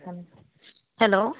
hello